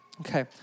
Okay